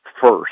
first